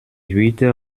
huit